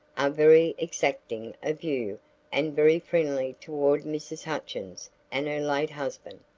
are very exacting of you and very friendly toward mrs. hutchins and her late husband.